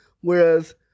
whereas